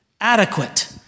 adequate